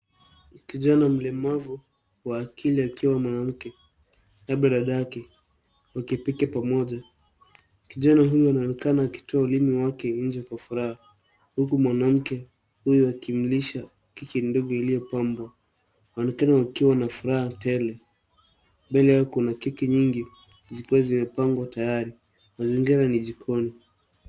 Kijana mlemavu wa akili akiwa na mwanamke, labda dadake, wakipika pamoja. Kijana huyo anaonekana akitoa ulimi wake nje kwa furaha, huku mwanamke huyo akimlisha keki ndogo iliyopambwa. Wanaonekana wakiwa na furaha tele. Mbele yao kuna keki nyingi zikiwa zimepangwa tayari. Mazingira ni jikoni.